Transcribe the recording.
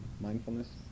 mindfulness